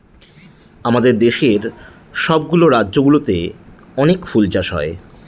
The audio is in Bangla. আমাদের দেশের সব গুলা রাজ্য গুলোতে অনেক ফুল চাষ হয়